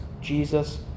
Jesus